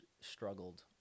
struggled